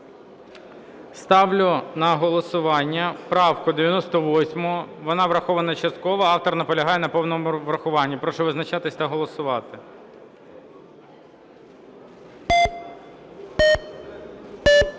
Ставлю на голосування правку 98. Вона врахована частково. Автор наполягає на повному врахуванні. Прошу визначатись та голосувати.